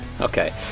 Okay